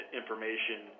information